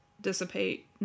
dissipate